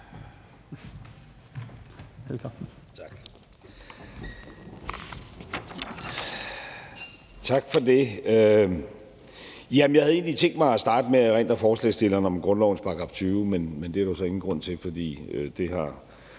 Rasmussen): Tak for det. Jeg havde egentlig tænkt mig at starte med at erindre forslagsstilleren om grundlovens § 20, men det er der så ingen grund til, for den har